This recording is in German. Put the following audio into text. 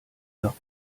nach